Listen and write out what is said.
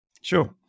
Sure